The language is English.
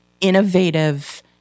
innovative